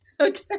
Okay